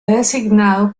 designado